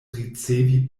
ricevi